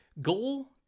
Goal